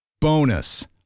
Bonus